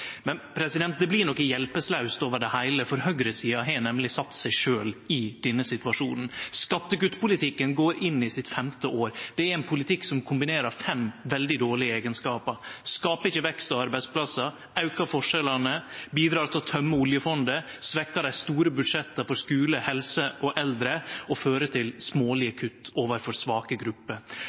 Men det blir noko hjelpelaust over det heile, for høgresida har nemleg sett seg sjølv i denne situasjonen. Skattekuttpolitikken går inn i sitt femte år. Det er ein politikk som kombinerer fem veldig dårlege eigenskapar. Det skapar ikkje vekst og arbeidsplassar, det aukar forskjellane, det bidreg til å tømme oljefondet, det svekkjer dei store budsjetta for skule, helse og eldre, og det fører til smålege kutt overfor svake grupper.